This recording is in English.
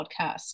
podcast